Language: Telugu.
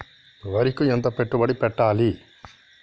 వరికి ఎంత పెట్టుబడి పెట్టాలి?